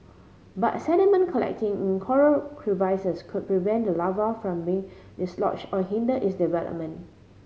but sediment collecting coral crevices could prevent the larva from being dislodge or hinder its development